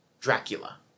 Dracula